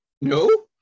No